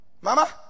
Mama